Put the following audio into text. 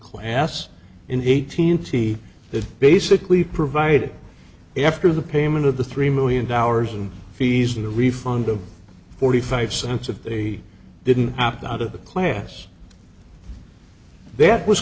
class in eighteen c that basically provided after the payment of the three million dollars in fees and a refund of forty five cents if they didn't opt out of the class th